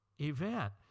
event